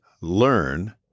learn